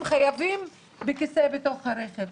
חייבים לשבת בכיסא בטיחות בתוך הרכב,